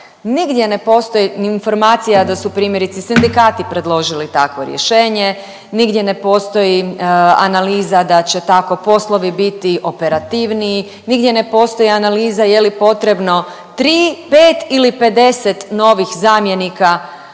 Nigdje je postoji ni informacija, da su, primjerice, sindikati predložili takvo rješenje, nigdje ne postoji analiza da će tako poslovi biti operativniji, nigdje ne postoji analiza je li potrebno 3, 5 ili 50 novih zamjenika